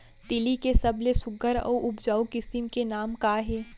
तिलि के सबले सुघ्घर अऊ उपजाऊ किसिम के नाम का हे?